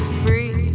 free